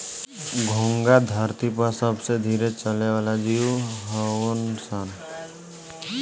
घोंघा धरती पर सबसे धीरे चले वाला जीव हऊन सन